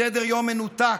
סדר-יום מנותק,